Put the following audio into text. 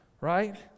Right